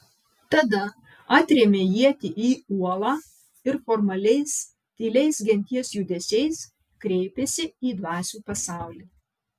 tada atrėmė ietį į uolą ir formaliais tyliais genties judesiais kreipėsi į dvasių pasaulį